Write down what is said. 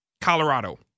Colorado